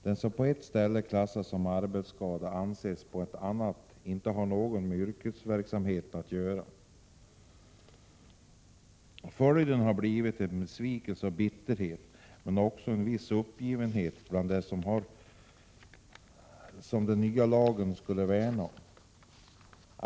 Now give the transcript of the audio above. Det som på ett ställe klassas som arbetsskada anses på ett annat ställe inte ha något med yrkesverksamheten att göra. Följden har blivit besvikelse och bitterhet; men också viss uppgivenhet, bland dem som den nya lagen skulle värna.